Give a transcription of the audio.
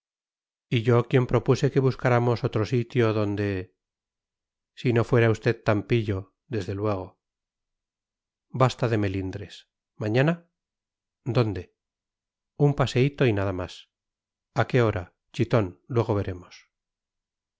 y yo quien propuse que buscáramos otro sitio donde si no fuera usted tan pillo desde luego basta de melindres mañana dónde un paseíto y nada más a qué hora chitón luego veremos